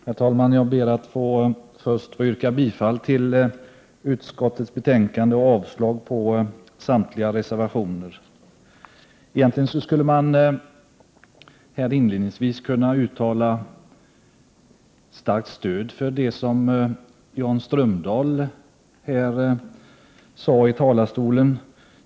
Herr talman! Jag ber att först få yrka bifall till utskottets hemställan och, avslag på samtliga reservationer. Egentligen skulle jag här inledningsvis kunna uttala starkt stöd för det som Jan Strömdahl sade från denna talarstol.